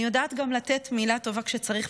אני יודעת גם לתת מילה טובה כשצריך,